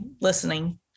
listening